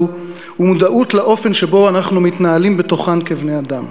ומודעות לאופן שבו אנחנו מתנהלים בתוכן כבני-אדם.